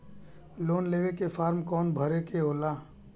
Loan लेवे के form कौन भरे के होला?